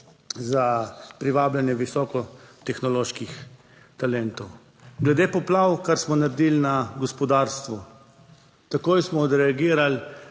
za privabljanje visoko tehnoloških talentov. Glede poplav, kar smo naredili na gospodarstvu. Takoj smo odreagirali,